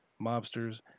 mobsters